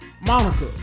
Monica